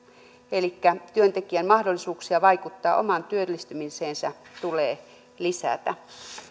elikkä työntekijän mahdollisuuksia vaikuttaa omaan työllistymiseensä tulee lisätä